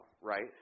right